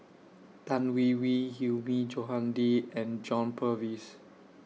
Tan Hwee Hwee Hilmi Johandi and John Purvis